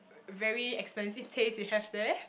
very expensive taste you have there